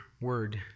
word